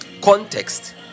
context